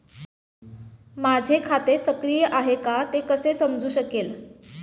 माझे खाते सक्रिय आहे का ते कसे समजू शकेल?